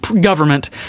government